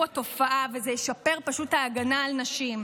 התופעה וזה ישפר פשוט את ההגנה על נשים.